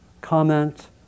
comment